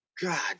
God